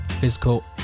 physical